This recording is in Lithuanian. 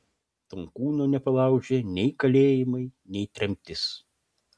tonkūno nepalaužė nei kalėjimai nei tremtis